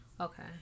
Okay